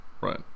Right